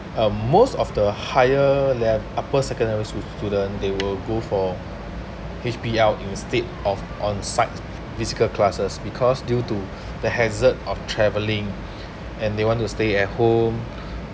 um most of the higher like upper secondary school student they will go for H_B_L instead of on site physical classes because due to the hazard of travelling and they want to stay at home